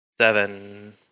Seven